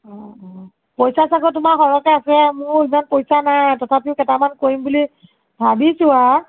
অঁ অঁ পইচা চাগৈ তোমাৰ সৰহকৈ আছে মোৰ ইমান পইচা নাই তথাপিও কেইটামান কৰিম বুলি ভাবিছোঁ আ